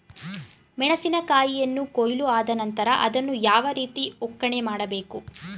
ಮೆಣಸಿನ ಕಾಯಿಯನ್ನು ಕೊಯ್ಲು ಆದ ನಂತರ ಅದನ್ನು ಯಾವ ರೀತಿ ಒಕ್ಕಣೆ ಮಾಡಬೇಕು?